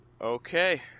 Okay